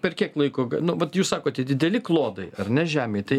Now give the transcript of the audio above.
per kiek laiko nu vat jūs sakote dideli klodai ar ne žemėj tai